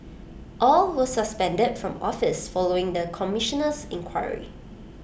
all were suspended from office following the Commissioner's inquiry